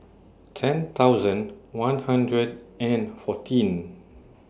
ten thousand one hundred and fourteen